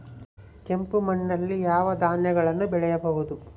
ಕೆಂಪು ಮಣ್ಣಲ್ಲಿ ಯಾವ ಧಾನ್ಯಗಳನ್ನು ಬೆಳೆಯಬಹುದು?